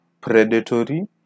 predatory